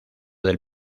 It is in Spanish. del